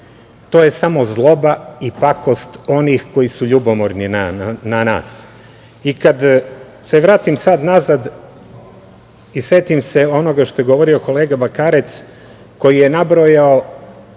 To je samo zloba i pakost onih koji su ljubomorni na nas. Kada se vratim sad unazad i setim se ono što je govorio kolega Bakarec koji je nabrojao